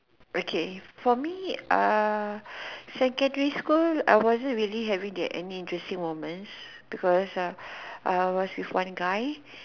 okay for me uh secondary school I wasn't really having the any interesting moments because uh I was with one guy